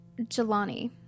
Jelani